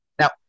Now